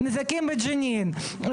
נזקים בג'נין,